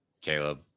caleb